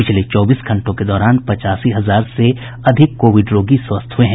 पिछले चौबीस घंटों के दौरान पचासी हजार से अधिक कोविड रोगी स्वस्थ हुए हैं